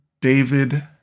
David